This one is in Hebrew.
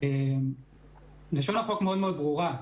לשון החוק מאוד ברורה,